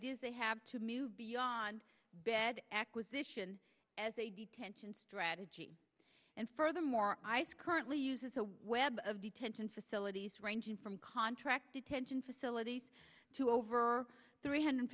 s they have to move beyond bed acquisition as a detention strategy and furthermore i scurry only uses a web of detention facilities ranging from contract detention facilities to over three hundred